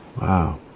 Wow